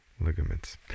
ligaments